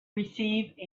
receive